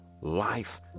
life